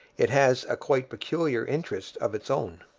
it has a quite peculiar interest of its own.